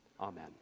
Amen